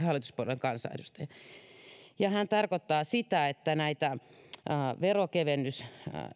hallituspuolueen kansanedustaja hän tarkoittaa sitä että nämä veronkevennykset